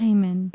Amen